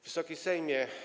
Wysoki Sejmie!